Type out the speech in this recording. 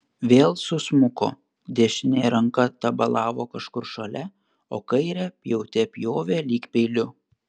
vėl susmuko dešinė ranka tabalavo kažkur šalia o kairę pjaute pjovė lyg peiliu